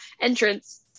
entrance